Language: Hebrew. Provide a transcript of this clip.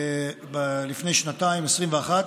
לפני שנתיים, ב-2021,